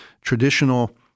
traditional